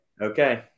Okay